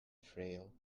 thrill